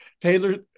Taylor